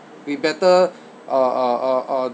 we better uh uh uh uh